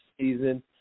season